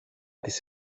της